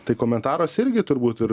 tai komentaras irgi turbūt ir